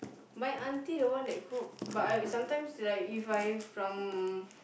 my auntie the one that cook but I sometimes like If I from